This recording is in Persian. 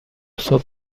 صبح